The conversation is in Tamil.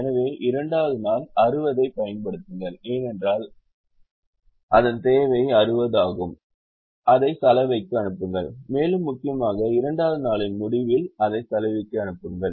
எனவே இரண்டாவது நாள் 60 ஐப் பயன்படுத்துங்கள் ஏனென்றால் அது தேவை 60 ஆகும் அதை சலவைக்கு அனுப்புங்கள் மேலும் முக்கியமாக இரண்டாவது நாளின் முடிவில் அதை சலவைக்கு அனுப்புங்கள்